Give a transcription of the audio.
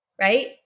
right